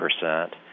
percent